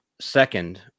second